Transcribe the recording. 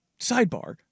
sidebar